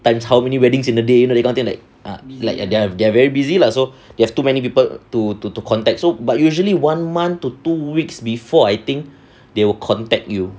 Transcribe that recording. times how many weddings in the day you know that kind of thing like err like they're they're very busy lah so you have too many people to to to contact so but usually one month to two weeks before I think they will contact you